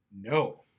No